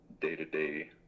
day-to-day